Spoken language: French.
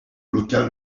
local